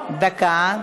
דקה.